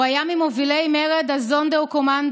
הוא היה ממובילי מרד הזונדרקומנדו